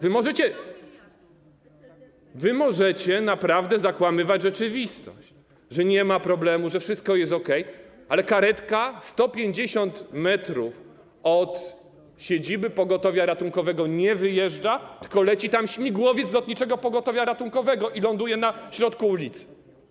Wy możecie naprawdę zakłamywać rzeczywistość, że nie ma problemu, że wszystko jest okej, ale karetka 150 m od siedziby pogotowia ratunkowego nie wyjeżdża, tylko leci tam śmigłowiec Lotniczego Pogotowia Ratunkowego i ląduje na środku ulicy.